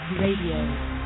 Radio